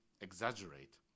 exaggerate